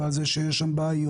ועל זה שיש שם בעיות,